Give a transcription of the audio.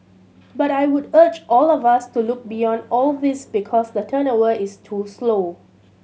but I would urge all of us to look beyond all these because the turnover is too slow